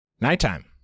Nighttime